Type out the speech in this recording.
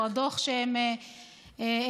את הדוח שהם הכינו.